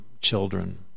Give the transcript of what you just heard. children